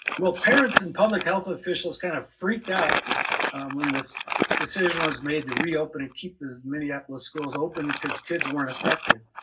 well parents and public health officials kind of freaked out when this decision was made to reopen and keep the minneapolis schools open because kids weren't affected.